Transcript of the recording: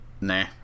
nah